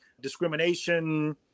discrimination